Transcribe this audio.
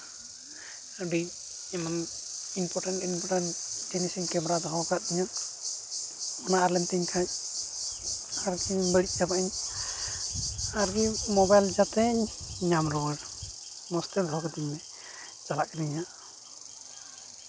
ᱟᱹᱰᱤ important important ᱡᱤᱱᱤᱥᱤᱧ camera ᱫᱚᱦᱚᱣ ᱠᱟᱫ ᱛᱤᱧᱟᱹ ᱚᱱᱟ ᱟᱫ ᱞᱮᱱ ᱛᱤᱧ ᱠᱷᱟᱱ ᱟᱨᱠᱤᱧ ᱵᱟᱹᱲᱤᱡ ᱪᱟᱵᱟᱜ ᱤᱧ ᱟᱨᱤᱧ ᱢᱳᱵᱟᱭᱤᱞ ᱡᱟᱛᱮᱧ ᱧᱟᱢ ᱨᱩᱣᱟᱹᱲ ᱢᱚᱡᱽ ᱛᱮ ᱫᱚᱦᱚ ᱠᱟᱹᱛᱤᱧ ᱢᱮ ᱪᱟᱞᱟᱜ ᱠᱟᱹᱱᱤᱧ ᱦᱟᱸᱜ